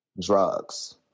drugs